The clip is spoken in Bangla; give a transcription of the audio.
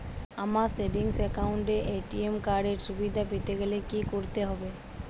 আমার সেভিংস একাউন্ট এ এ.টি.এম কার্ড এর সুবিধা পেতে গেলে কি করতে হবে?